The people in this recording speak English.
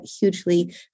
hugely